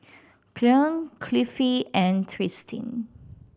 Cleon Cliffie and Tristin